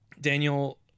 Daniel